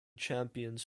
champions